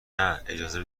نه، اجازه